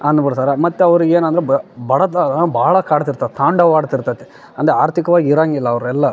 ಅನ್ಬುಡ್ತರ ಮತ್ತು ಅವರಿಗೆ ಏನು ಅಂದ್ರೆ ಬಡತನ ಭಾಳ ಕಾಡ್ತಿರ್ತವೆ ತಾಂಡವಾಡ್ತಿರತೈತೆ ಅಂದು ಆರ್ಥಿಕವಾಗಿ ಇರೊಂಗಿಲ್ಲಾ ಅವರೆಲ್ಲ